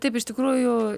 taip iš tikrųjų